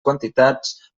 quantitats